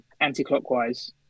anti-clockwise